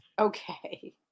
Okay